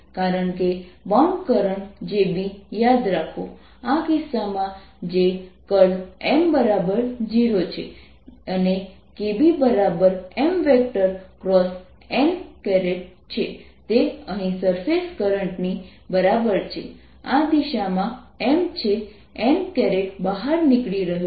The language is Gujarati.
કારણ કે બાઉન્ડ કરંટ JB યાદ રાખો આ કિસ્સામાં જે M0 છે અને KBMn છે તે અહીં સરફેસ કરંટ ની બરાબર હશે આ દિશામાં M છે n બહાર નીકળી રહ્યો છે